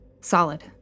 Solid